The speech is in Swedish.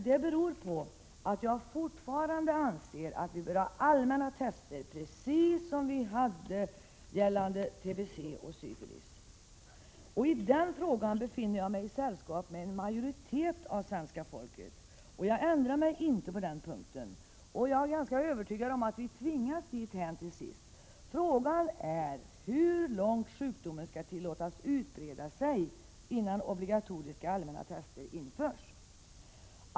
Det beror på att jag fortfarande anser att vi bör ha allmänna tester precis som vi haft gällande tbc och syfilis. På den punkten befinner jag mig i sällskap med en majoritet av svenska folket, och jag ändrar mig inte heller på den punkten. Jag är övertygad om att vi kommer att tvingas dithän till sist. Frågan är hur långt sjukdomen skall tillåtas utbreda sig, innan obligatoriska allmänna tester införs.